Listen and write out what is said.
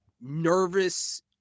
nervous